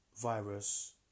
virus